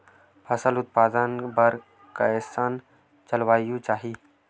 फसल उत्पादन बर कैसन जलवायु चाही?